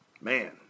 man